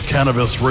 Cannabis